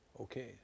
Okay